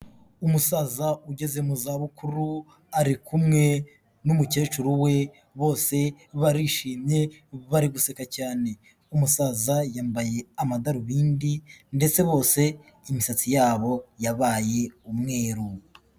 Umusaza ugeze mu za bukuru ari kumwe n'umukecuru we bose barishimyeMbari guseka cyane. Umusaza yambaye amadarubindi ndetse bose imisatsi yabo yabaye umweru.